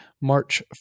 March